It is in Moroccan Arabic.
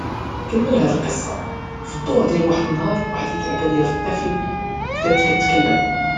كمل هاد القصة في الظهر ديال واحد النهار واحد اللعبة ديال الطفل بدات كتكلم